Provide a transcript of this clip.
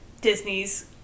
Disney's